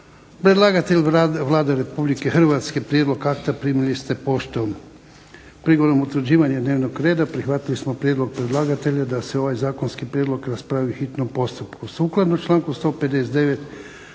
Predlagatelj Vlada Republike Hrvatske. Prijedlog akta primili ste poštom. Prigodom utvrđivanja dnevnog reda prihvatili smo prijedlog predlagatelja da se ovaj zakonski prijedlog raspravi u hitnom postupku.